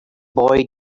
boy